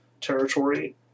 territory